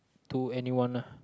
to anyone lah